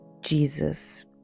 Jesus